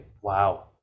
Wow